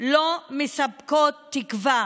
לא מספקות תקווה